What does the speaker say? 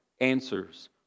answers